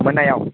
मोनायाव